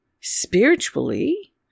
spiritually